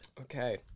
Okay